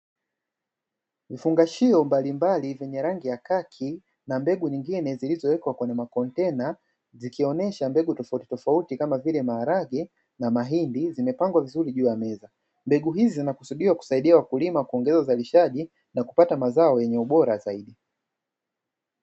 Vifungashiwo mbalimbali venye rangi ya kaki na mbegu nyingine, zilizowekwa kwenye makontena zikionesha mbegu tofauti tofauti kama vile maharage na mahindi, zimepangwa vizuri juu ya meza mbegu hizi zinakusudiwa kusaidia wakulima kuongeza uzalishaji na kupata mazao yenye ubora zaidi.